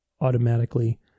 automatically